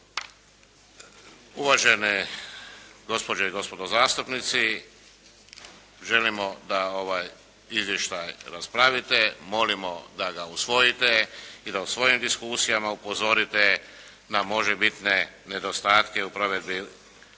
Uvažene gospođe i gospodo zastupnici! Želimo da ovaj izvještaj raspravite. Molimo da ga usvojite. I da u svojim diskusijama upozorite na možebitne nedostatke u provedbi